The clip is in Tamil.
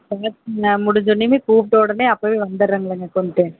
முடிஞ்சோன்னையுமே கூப்பிட்ட உடனே அப்போவே வந்துடறேங்களேங்க கொண்டுட்டு